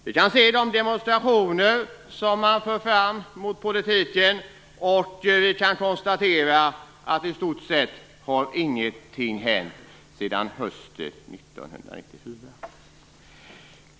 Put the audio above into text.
Vi kan se de demonstrationer som görs mot politiken, och vi kan konstatera att i stort sett har ingenting hänt sedan hösten 1994.